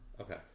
Okay